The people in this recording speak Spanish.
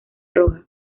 rojas